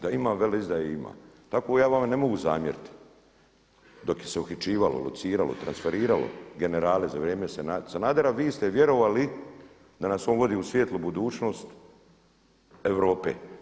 Da ima veleizdaje ima, tako ja vama ne mogu zamjeriti dok se je uhićivalo, lociralo, transferiralo generale za vrijeme Sanadera, vi ste vjerovali da nas on vodi u svjetlu budućnost Europe.